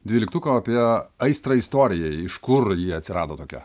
dvyliktuko apie aistrą istorijai iš kur ji atsirado tokia